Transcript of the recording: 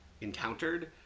encountered